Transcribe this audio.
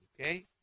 okay